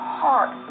heart